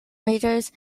readers